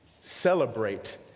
celebrate